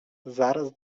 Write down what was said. zaraz